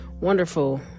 wonderful